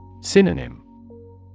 Synonym